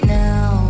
now